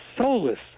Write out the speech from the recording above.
soulless